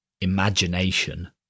imagination